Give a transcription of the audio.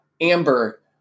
Amber